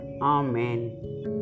Amen